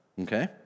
okay